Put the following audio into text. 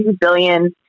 billion